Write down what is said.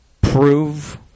prove